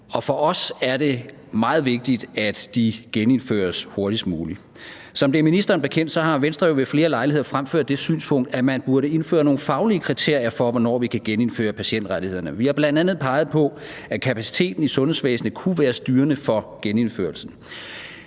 for os er det meget vigtigt, at de genindføres hurtigst muligt. Som det er ministeren bekendt, har Venstre jo ved flere lejligheder fremført det synspunkt, at man burde indføre nogle faglige kriterier for, hvornår vi kan genindføre patientrettighederne. Vi har bl.a. peget på, at kapaciteten i sundhedsvæsenet kunne være styrende for genindførelsen.